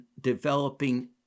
developing